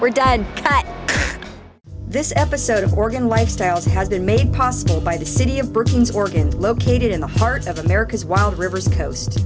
were done this episode of organ lifestyles has been made possible by the city of britain's organ located in the heart of america's wild rivers coast